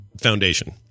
foundation